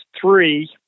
three